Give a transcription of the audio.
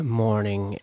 morning